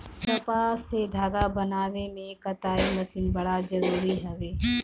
कपास से धागा बनावे में कताई मशीन बड़ा जरूरी हवे